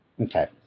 Okay